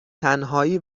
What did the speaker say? تنهایی